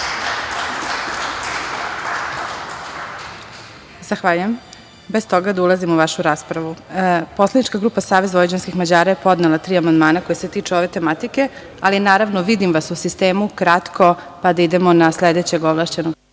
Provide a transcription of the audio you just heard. Zahvaljujem. Bez toga da ulazim u vašu raspravu, poslanička grupa SVM je podnela tri amandmana koji se tiču ove tematike, ali, naravno, vidim vas u sistemu, kratko pa da idemo na sledećeg govornika.